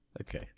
okay